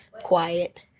quiet